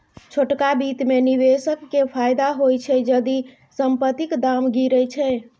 छोटका बित्त मे निबेशक केँ फायदा होइ छै जदि संपतिक दाम गिरय छै